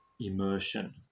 immersion